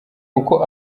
uko